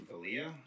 Valia